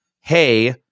hey